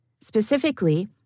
Specifically